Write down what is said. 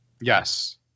Yes